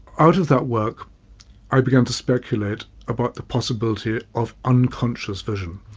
out of that work i began to speculate about the possibility of unconscious vision,